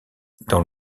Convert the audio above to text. dans